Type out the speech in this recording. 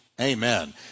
Amen